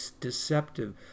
deceptive